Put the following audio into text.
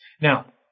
Now